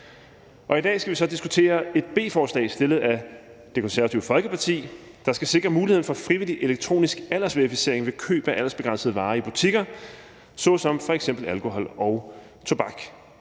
I dag skal vi så diskutere et beslutningsforslag fremsat af Det Konservative Folkeparti, der skal sikre muligheden for frivillig elektronisk aldersverificering i butikker ved køb af aldersbegrænsede varer, f.eks. alkohol og tobak.